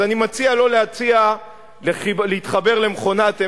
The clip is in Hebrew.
אז אני מציע לא להציע להתחבר למכונת אמת,